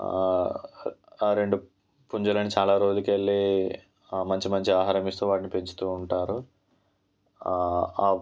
ఆ రెండు పుంజులని చాలా రోజుల కెళ్ళి మంచి మంచి ఆహారం ఇస్తూ వాటిని పెంచుతూ ఉంటారు